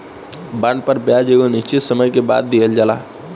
bond पर ब्याज एगो निश्चित समय के बाद दीहल जाला